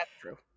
true